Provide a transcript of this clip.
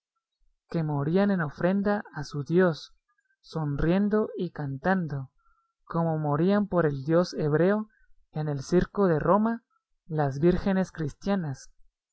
que morían en ofrenda a su dios sonriendo y cantando como morían por el dios hebreo en el circo de roma las vírgenes cristianas